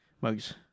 mugs